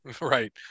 right